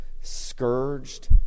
scourged